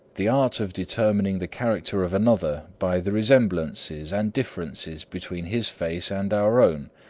the art of determining the character of another by the resemblances and differences between his face and our own,